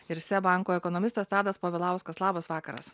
ir seb banko ekonomistas tadas povilauskas labas vakaras